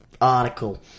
article